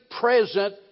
present